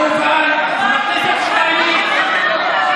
יובל, חבר הכנסת שטייניץ.